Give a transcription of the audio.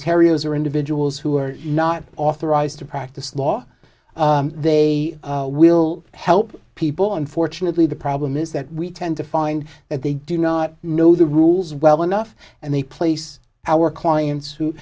as are individuals who are not authorized to practice law they will help people unfortunately the problem is that we tend to find that they do not know the rules well enough and they place our clients who